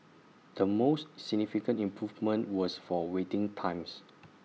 the most significant improvement was for waiting times